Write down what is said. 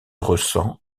ressens